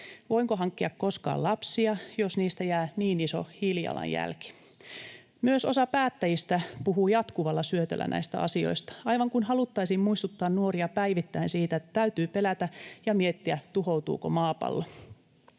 voinko hankkia koskaan lapsia, jos niistä jää niin iso hiilijalanjälki. Myös osa päättäjistä puhuu jatkuvalla syötöllä näistä asioista, aivan kuin haluttaisiin muistuttaa nuoria päivittäin siitä, että täytyy pelätä ja miettiä, tuhoutuuko maapallo.